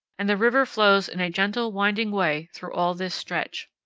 and the river flows in a gentle winding way through all this stretch.